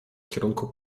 kierunku